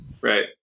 Right